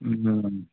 ಹ್ಞೂ ಹ್ಞೂ ಹ್ಞೂ